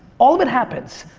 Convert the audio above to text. all of it happens.